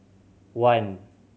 one